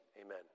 Amen